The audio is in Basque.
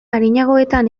arinagoetan